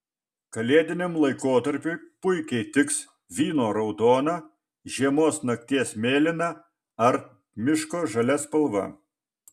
kalėdiniam laikotarpiui puikiai tiks vyno raudona žiemos nakties mėlyna ar miško žalia spalva